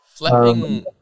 Flipping